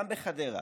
גם בחדרה,